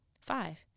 Five